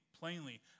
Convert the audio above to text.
plainly